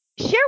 Share